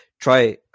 Try